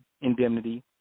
indemnity